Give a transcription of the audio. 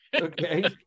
Okay